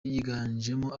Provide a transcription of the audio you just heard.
yiganjemo